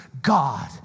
God